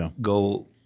go